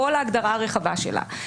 כל ההגדרה הרחבה שלה,